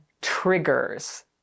triggers